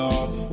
off